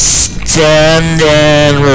standing